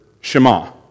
Shema